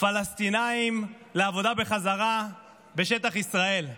פלסטינים לעבודה בחזרה בשטח ישראל.